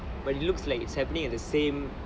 but it looks like it's happening at the same